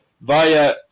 via